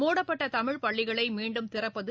மூடப்பட்ட தமிழ் பள்ளிகளை மீண்டும் திறப்பது